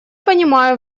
понимаю